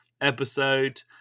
episode